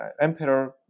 Emperor